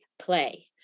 play